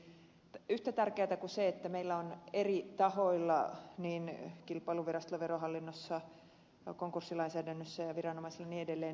eli yhtä tärkeätä kuin se että meillä on eri tahoilla kilpailuvirastossa verohallinnossa konkurssilainsäädännössä ja viranomaisilla ja niin edelleen